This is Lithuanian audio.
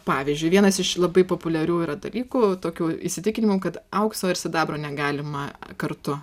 pavyzdžiui vienas iš labai populiarių yra dalykų tokių įsitikinimų kad aukso ir sidabro negalima kartu